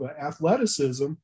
athleticism